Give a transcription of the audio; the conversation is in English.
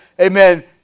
Amen